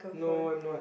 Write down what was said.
no I'm not